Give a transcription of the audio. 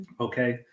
Okay